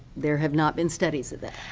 there have not been studies of that.